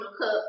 cup